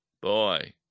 boy